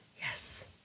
Yes